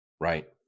Right